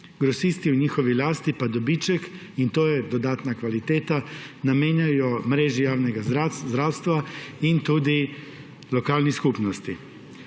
Grosisti v njihovi lasti pa dobiček, in to je dodatna kvaliteta, namenjajo mreži javnega zdravstva in tudi lokalni skupnosti.